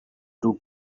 two